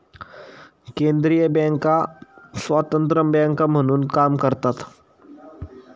केंद्रीय बँका स्वतंत्र बँका म्हणून काम करतात